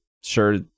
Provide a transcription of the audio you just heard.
sure